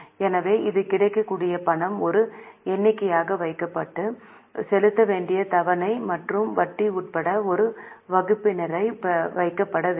எனவே இது கிடைக்கக்கூடிய பணம் ஒரு எண்ணிக்கையாக வைக்கப்பட்டு செலுத்த வேண்டிய தவணை மற்றும் வட்டி உட்பட ஒரு வகுப்பினராக வைக்கப்பட வேண்டும்